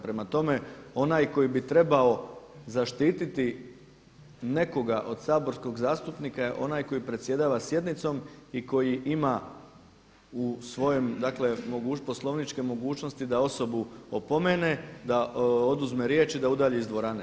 Prema tome, onaj koji bi trebao zaštiti nekoga od saborskog zastupnika je onaj koji predsjedava sjednicom i koji ima u svoje poslovničke mogućnosti da osobu opomene, da oduzme riječ i da udalji iz dvorane.